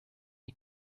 die